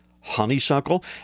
honeysuckle